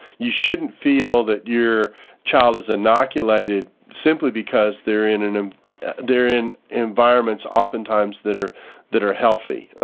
you shouldn't feel that your child is inoculated simply because they're in and um they're in environments oftentimes that are that are healthy,